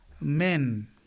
men